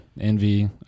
Envy